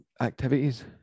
activities